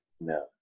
No